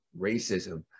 racism